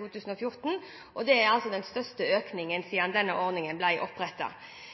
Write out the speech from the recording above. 2014, og det er den største økningen siden ordningen